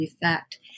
effect